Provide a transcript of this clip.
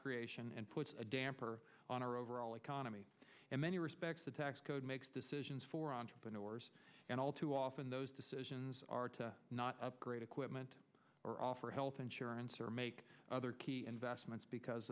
creation and puts a damper on our overall economy in many respects the tax code makes decisions for entrepreneurs and all too often those decisions are to not upgrade equipment or offer health insurance or make other key investments because